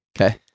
Okay